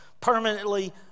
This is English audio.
permanently